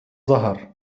ظهر